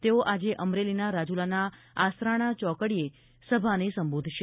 તેઓ આજે અમરેલીના રાજુલાના આસરાણા ચોકડીએ સભાને સંબોધન કરશે